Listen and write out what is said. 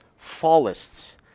fallists